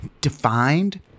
defined